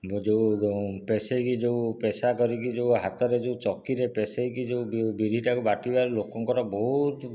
ଯେଉଁ ପେଷାଇକି ଯୋଉ ପେଷା କରିକି ଯେଉଁ ହାତରେ ଯେଉଁ ଚାକିରେ ପେଷାଇକି ଯେଉଁ ବିରିଟାକୁ ବାଟିବ ଲୋକଙ୍କର ବହୁତ